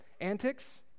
antics